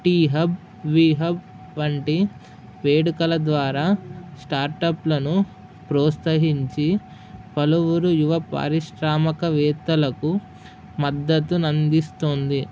T Hub విహబ్ వంటి వేడుకల ద్వారా స్టార్టప్లను ప్రోత్సహించి పలవురు యువ పారిశ్రామకవేత్తలకు మద్దతును అందిస్తోంది